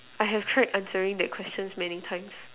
I have tried answering that questions many times